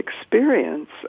experience